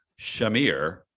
Shamir